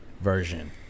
version